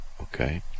okay